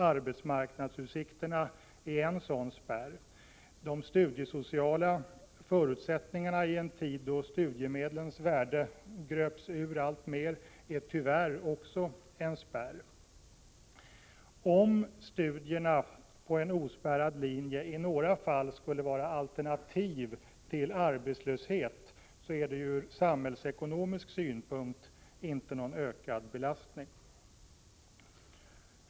Arbetsmarknadsutsikterna är en sådan spärr, de studiesociala förutsättningarna i en tid då studiemedlens värde gröps ur alltmer är tyvärr också en spärr. Om studierna på en ospärrad linje i några fall kan vara ett alternativ till arbetslöshet innebär de inte ur samhällsekonomisk synpunkt någon ökad belastning.